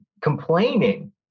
Complaining